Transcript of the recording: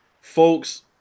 folks